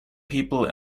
people